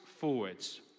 Forwards